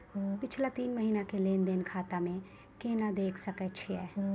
पिछला तीन महिना के लेंन देंन खाता मे केना देखे सकय छियै?